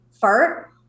fart